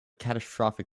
catastrophic